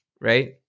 Right